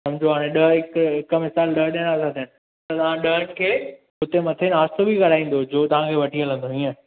समुझो हाणे ॾह हिकु हिकु मिसाल ॾह ॼणा था थियनि त तव्हां ॾहंनि खे हुते मथे नाश्तो बि कराईंदव जो तव्हां खे वठी हलंदव हीअं